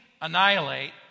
annihilate